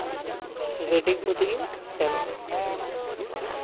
ᱜᱟᱹᱰᱤ ᱠᱚ ᱛᱮᱜᱮᱧ ᱥᱮᱱᱚᱜᱼᱟ ᱤᱱᱠᱟᱹ